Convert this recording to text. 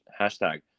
hashtag